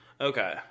Okay